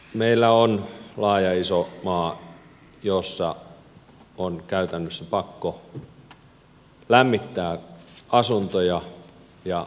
meillä on laaja iso maa jossa on käytännössä pakko lämmittää asuntoja ja käyttää autoa